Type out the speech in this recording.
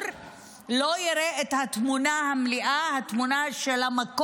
וכנראה ירצה למשוך עוד זמן,